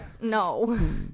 No